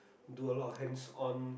do a lot of hangs on